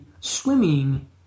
swimming